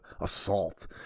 assault